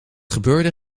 gebeurde